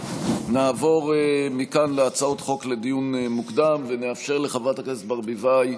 נעבור מכאן להצעות חוק לדיון מוקדם ונאפשר לחברת הכנסת ברביבאי